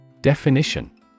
Definition